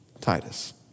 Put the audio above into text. Titus